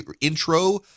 intro